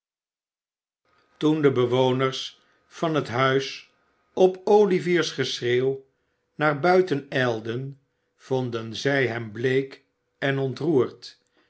toen de bewoners van het huis op olivier's geschreeuw naar buiten ijlden vonden zij hem bleek en ontroerd